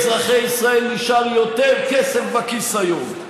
לאזרחי ישראל נשאר יותר כסף בכיס היום.